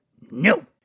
no